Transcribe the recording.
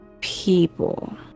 people